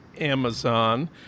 Amazon